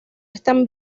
están